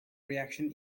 reaction